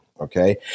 okay